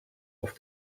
off